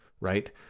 right